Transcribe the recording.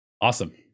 Awesome